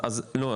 לא,